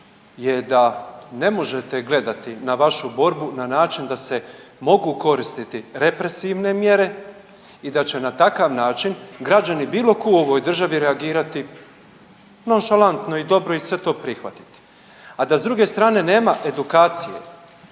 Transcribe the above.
je da ne možete gledati na vašu borbu na način da se mogu koristiti represivne mjere i da će na takav način građani bilo tko u ovoj državi reagirati nonšalantno i dobro i sve to prihvatiti, a da s druge strane nema edukacije.